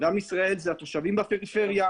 עם ישראל זה התושבים בפריפריה.